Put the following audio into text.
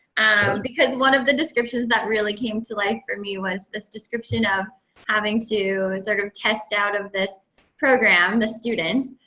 and because one of the descriptions that really came to life for me was this description of having to sort of test out of this program, the students,